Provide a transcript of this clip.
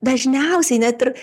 dažniausiai net ir